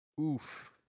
Oof